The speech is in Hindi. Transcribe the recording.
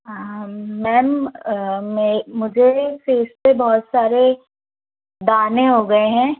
हाँ मैम मुझे फ़ेस पे बहुत सारे दाने हो गए हैं